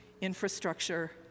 infrastructure